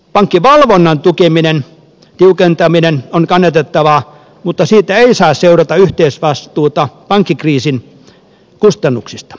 pankkivalvonnan tiukentaminen on kannatettavaa mutta siitä ei saa seurata yhteisvastuuta pankkikriisin kustannuksista